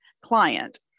client